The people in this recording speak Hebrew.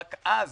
רק אז